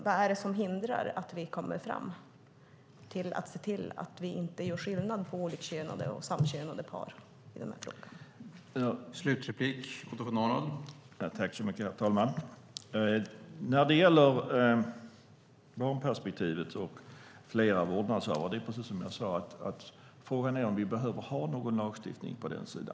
Vad är det som hindrar att vi kommer fram till att inte göra skillnad på olikkönade och samkönade par i den här frågan?